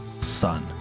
son